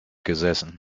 gesessen